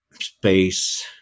space